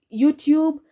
YouTube